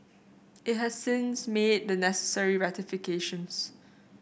it has since made the necessary rectifications